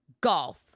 golf